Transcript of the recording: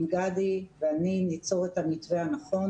עם גדי ואני ניצור את המתווה הנכון